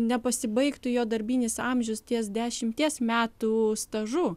nepasibaigtų jo darbinis amžius ties dešimties metų stažu